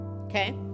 okay